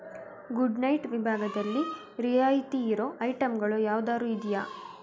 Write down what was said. good night ವಿಭಾಗದಲ್ಲಿ ರಿಯಾಯಿತಿ ಇರೋ ಐಟಂಗಳು ಯಾವ್ದಾದ್ರು ಇದೆಯಾ